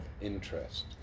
interest